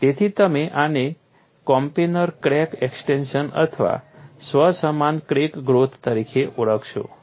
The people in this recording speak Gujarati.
તેથી તમે આને કોપ્લેનર ક્રેક એક્સ્ટેંશન અથવા સ્વ સમાન ક્રેક ગ્રોથ તરીકે ઓળખશો